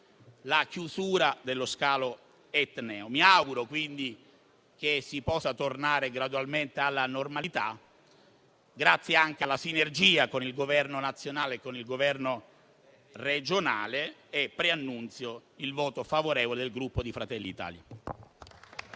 la chiusura. Mi auguro quindi che si possa tornare gradualmente alla normalità, grazie anche alla sinergia tra Governo nazionale e con il governo regionale. Preannunzio pertanto il voto favorevole del Gruppo Fratelli d'Italia.